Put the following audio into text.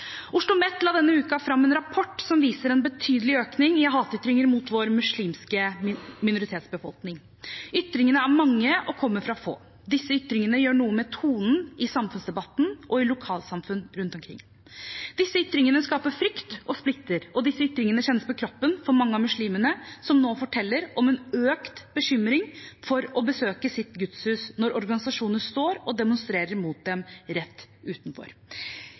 la denne uken fram en rapport som viser en betydelig økning i hatytringer mot vår muslimske minoritetsbefolkning. Ytringene er mange og kommer fra få. Disse ytringene gjør noe med tonen i samfunnsdebatten og i lokalsamfunn rundt omkring. Disse ytringene skaper frykt og splitter, og disse ytringene kjennes på kroppen for mange av muslimene, som nå forteller om en økt bekymring for å besøke sitt gudshus, når organisasjoner står og demonstrerer mot den rett utenfor.